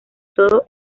todo